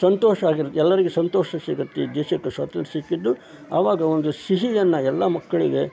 ಸಂತೋಷ ಆಗಿರ್ತೆ ಎಲ್ಲರಿಗೆ ಸಂತೋಷ ಸಿಗುತ್ತೆ ದೇಶಕ್ಕೆ ಸ್ವಾತಂತ್ರ್ಯ ಸಿಕ್ಕಿದ್ದು ಆವಾಗ ಒಂದು ಸಿಹಿಯನ್ನು ಎಲ್ಲ ಮಕ್ಕಳಿಗೆ